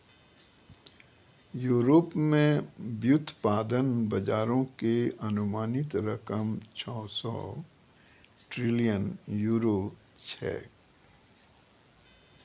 Europe मे व्युत्पादन बजारो के अनुमानित रकम छौ सौ ट्रिलियन यूरो छै